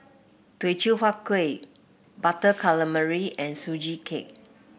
Teochew Huat Kueh Butter Calamari and Sugee Cake